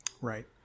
Right